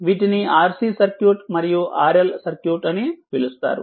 వీటిని RC circuit మరియు RL circuit అని పిలుస్తారు